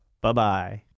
Bye-bye